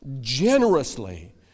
generously